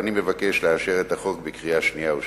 אני מבקש לאשר את החוק בקריאה שנייה ושלישית.